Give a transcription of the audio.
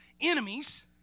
enemies